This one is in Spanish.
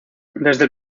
desde